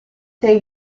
tae